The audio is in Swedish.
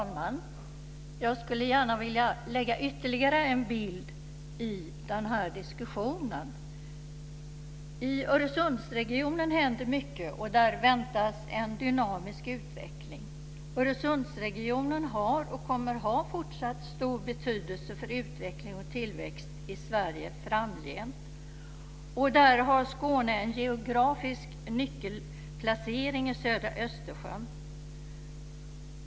Fru talman! Jag skulle gärna vilja lägga ytterligare en bild till den här diskussionen. I Öresundsregionen händer mycket och där väntas en dynamisk utveckling. Öresundsregionen har och kommer att ha fortsatt stor betydelse för utveckling och tillväxt i Sverige framgent. Där har Skåne en geografisk nyckelplacering vid södra Östersjön.